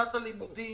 שנת הלימודים